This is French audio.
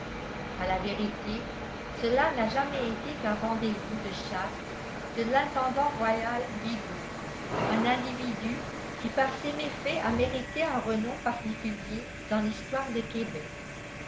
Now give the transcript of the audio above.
a la vérité cela n'a jamais été qu'un rendez-vous de chasse de l'intendant royal bigot un individu qui par ses méfaits a mérité un renom particulier dans l'histoire de québec